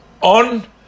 on